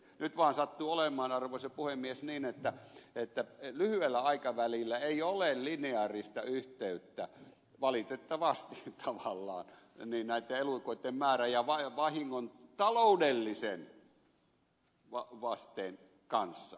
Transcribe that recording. nyt vaan sattuu olemaan arvoisa puhemies niin että lyhyellä aikavälillä ei ole lineaarista yhteyttä valitettavasti tavallaan näitten elukoitten määrän ja vahingon taloudellisen vasteen kanssa